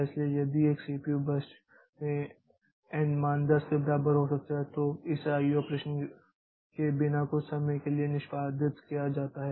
इसलिए यदि एक सीपीयू बर्स्ट में n मान 10 के बराबर हो सकता है तो इसे IO ऑपरेशन किए बिना कुछ समय के लिए निष्पादित किया जाता है